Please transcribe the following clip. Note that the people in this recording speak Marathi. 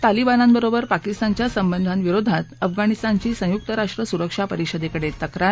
तालिबानांबरोबर पाकिस्तानच्या संबंधांविरोधात अफगाणिस्तानची संयुक्त राष्ट्र सुरक्षा परिषदेकडे तक्रार